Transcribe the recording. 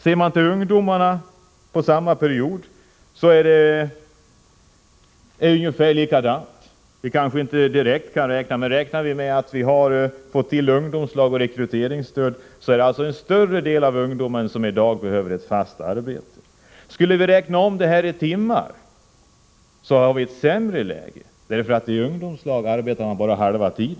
Ser man till ungdomarna under samma period finner man att situationen är ungefär likadan. Men om man räknar med att vi har fått ungdomslag och rekryteringsstöd kan vi konstatera att det är en större del av ungdomen som i dag behöver fast arbete. Och om vi räknar om detta till timmar har vi ett sämre läge, eftersom man i ungdomslagen arbetar bara halv tid.